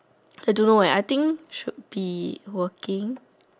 I don't know eh I think should be working